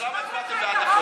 אז למה לא הגנתם על כבודו?